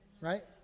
right